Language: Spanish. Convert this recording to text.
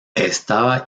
estaba